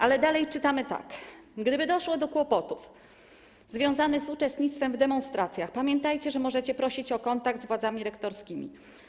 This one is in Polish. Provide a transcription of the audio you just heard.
Ale dalej czytamy tak: Gdyby doszło do kłopotów związanych z uczestnictwem w demonstracjach, pamiętajcie, że możecie prosić o kontakt z władzami rektorskimi.